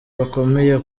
bakomeye